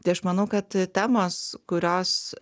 tai aš manau kad temos kurios